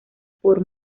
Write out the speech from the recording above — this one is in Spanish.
por